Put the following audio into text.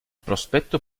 prospetto